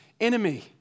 enemy